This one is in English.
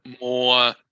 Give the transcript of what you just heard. more